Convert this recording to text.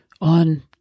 On